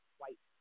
white